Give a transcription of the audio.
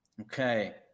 Okay